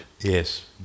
Yes